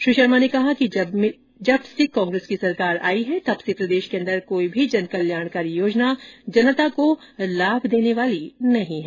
श्री शर्मा ने कहा कि जब से कांग्रेस की सरकार आई है तब से प्रदेश के अंदर कोई भी जनकल्याणकारी योजना जनता को लाभ देने वाली नहीं है